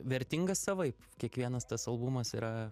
vertingas savaip kiekvienas tas albumas yra